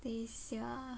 等下